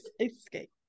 Escape